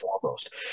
foremost